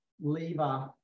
lever